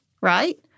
Right